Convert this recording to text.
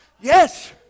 yes